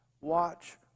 watch